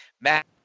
Matt